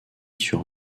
sur